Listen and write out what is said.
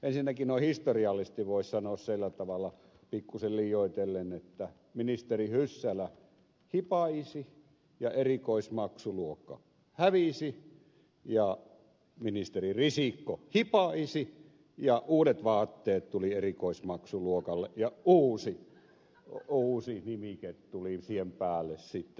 ensinnäkin noin historiallisesti voisi sanoa sillä tavalla pikkuisen liioitellen että ministeri hyssälä hipaisi ja erikoismaksuluokka hävisi ja ministeri risikko hipaisi ja uudet vaatteet tulivat erikoismaksuluokalle ja uusi nimike tuli siihen päälle sitten